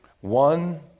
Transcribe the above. One